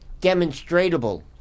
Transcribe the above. demonstratable